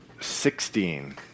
sixteen